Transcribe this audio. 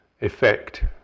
effect